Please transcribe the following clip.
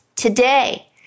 today